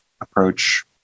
approach